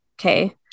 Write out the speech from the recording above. Okay